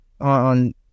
on